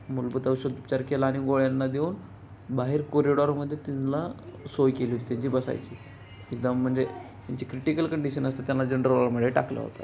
मूलभूत औषध उपचार केला आणि गोळ्यांना देऊन बाहेर कोरिडॉरमध्ये त्यांना सोय केली होती त्यांची बसायची एकदम म्हणजे त्यांची क्रिटिकल कंडिशन असते त्यांना जनरल वरमध्ये टाकला होता